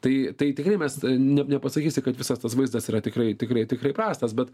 tai tai tikrai mes ne nepasakysi kad visas tas vaizdas yra tikrai tikrai tikrai prastas bet